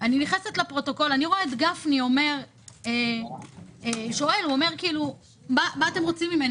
בפרוטוקול גפני שואל: "מה אתם רוצים ממני?